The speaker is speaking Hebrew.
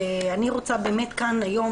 ואני רוצה באמת כאן היום,